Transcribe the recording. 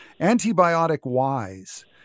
Antibiotic-wise